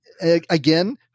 Again